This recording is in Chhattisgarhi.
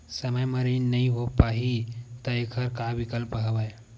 समय म ऋण नइ हो पाहि त एखर का विकल्प हवय?